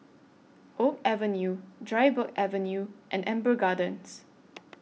Oak Avenue Dryburgh Avenue and Amber Gardens